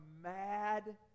mad